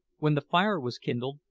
when the fire was kindled,